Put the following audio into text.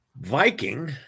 Viking